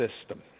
system